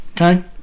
Okay